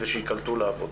ושייקלטו לעבודה.